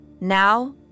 Now